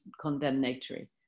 condemnatory